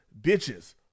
bitches